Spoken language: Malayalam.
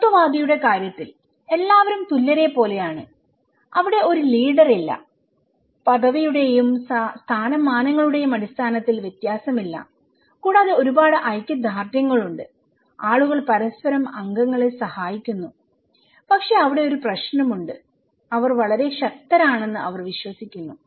സമത്വവാദിയുടെ കാര്യത്തിൽ എല്ലാവരും തുല്യരെ പോലെയാണ്അവിടെ ഒരു ലീഡർ ഇല്ല പദവിയുടെയും സ്ഥാനമാനങ്ങളുടെയും അടിസ്ഥാനത്തിൽ വ്യത്യാസമില്ല കൂടാതെ ഒരുപാട് ഐക്യദാർഢ്യങ്ങളുണ്ട് ആളുകൾ പരസ്പരം അംഗങ്ങളെ സഹായിക്കുന്നുപക്ഷേ അവിടെ ഒരു പ്രശ്നം ഉണ്ട്അവർ വളരെ ശക്തരാണെന്ന് അവർ വിശ്വസിക്കുന്നു